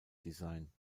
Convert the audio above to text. design